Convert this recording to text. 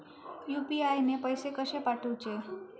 UPI ने पैशे कशे पाठवूचे?